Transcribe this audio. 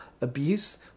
abuse